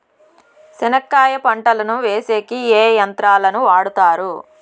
చెనక్కాయ పంటను వేసేకి ఏ యంత్రాలు ను వాడుతారు?